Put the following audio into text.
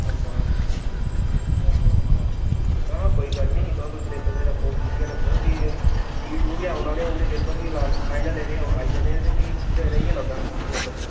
अच्छा ठीक ऐ हां कोई गल्ल नेईं तुस सिलेबस रक्खो खिच्चियै रक्खो भी टी टू बी औने आह्ले उं'दे पेपर बी लास्ट फाइनल जेह्डे़ आई जाने भी रेही जाना उं'दा सिलेबस